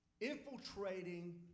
infiltrating